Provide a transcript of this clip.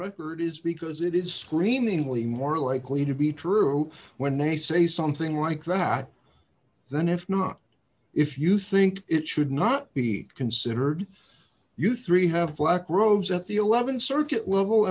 record is because it is screamingly more likely to be true when they say something like that then if not if you think it should not be considered you three have black rose at the th circuit level